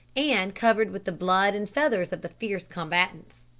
and covered with the blood and feathers of the fierce combatants.